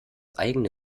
eigene